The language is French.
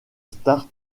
start